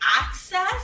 access